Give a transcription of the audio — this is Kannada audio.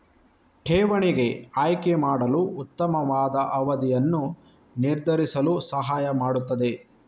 ಠೇವಣಿಗೆ ಆಯ್ಕೆ ಮಾಡಲು ಉತ್ತಮವಾದ ಅವಧಿಯನ್ನು ನಿರ್ಧರಿಸಲು ಸಹಾಯ ಮಾಡುತ್ತದೆ